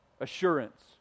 assurance